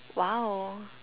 !wow!